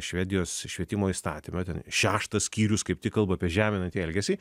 švedijos švietimo įstatyme ten šeštas skyrius kaip tik kalba apie žeminantį elgesį